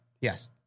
Yes